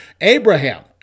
Abraham